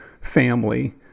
family